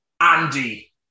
Andy